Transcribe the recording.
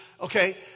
okay